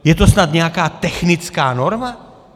Je to snad nějaká technická norma?